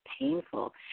painful